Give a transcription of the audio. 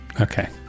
okay